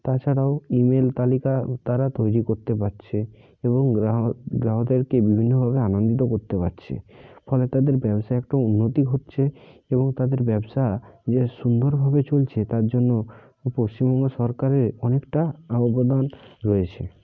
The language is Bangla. তাছাড়াও ইমেল তালিকা তারা তৈরি করতে পারছে এবং গ্রাহকদেরকে বিভিন্নভাবে আনন্দিত করতে পারছে ফলে তাদের ব্যবসায় একটু উন্নতি হচ্ছে এবং তাদের ব্যবসা যে সুন্দরভাবে চলছে তার জন্য পশ্চিমবঙ্গ সরকারের অনেকটা আবেদন রয়েছে